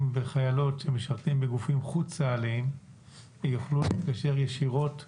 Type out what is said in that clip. וחיילות שמשרתים בגופים חוץ-צה"ליים יוכלו להתקשר ישירות לצבא.